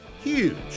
huge